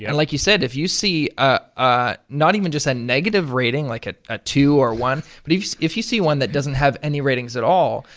and like you said, if you see, ah ah not even just a negative rating, like a two or one, but if if you see one that doesn't have any ratings at all.